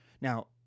Now